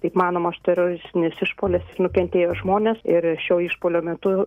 taip manoma teroristinis išpuolis nukentėjo žmonės ir šio išpuolio metu